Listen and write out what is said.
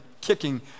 kicking